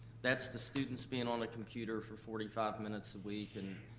that's the students being on a computer for forty five minutes a week. and